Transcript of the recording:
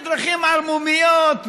בדרכים ערמומיות,